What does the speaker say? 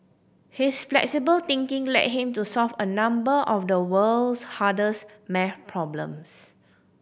his flexible thinking led him to solve a number of the world's hardest maths problems